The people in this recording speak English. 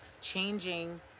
changing